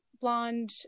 blonde